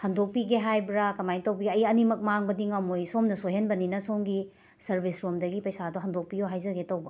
ꯍꯟꯗꯣꯛꯄꯤꯒꯦ ꯍꯥꯏꯕ꯭ꯔꯥ ꯀꯃꯥꯏꯅ ꯇꯧꯕꯤ ꯑꯩ ꯑꯅꯤꯃꯛ ꯃꯥꯡꯕꯗꯤ ꯉꯝꯃꯣꯏ ꯁꯣꯝꯅ ꯁꯣꯏꯍꯟꯕꯅꯤꯅ ꯁꯣꯝꯒꯤ ꯁꯔꯕꯤꯁꯔꯦꯝꯗꯒꯤ ꯄꯩꯁꯥꯗꯣ ꯍꯟꯗꯣꯛꯄꯤꯌꯣ ꯍꯥꯏꯖꯒꯦ ꯇꯧꯕ